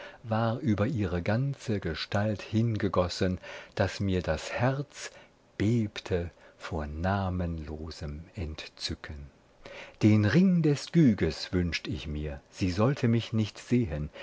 war über ihre ganze gestalt hingegossen daß mir das herz bebte vor namenlosem entzücken den ring des gyges wünscht ich mir sie sollte mich nicht sehen